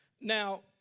Now